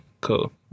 cool